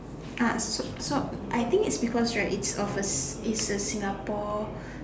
uh so so I think it's because right it's of a it's a Singapore